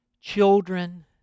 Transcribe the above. children